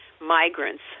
migrants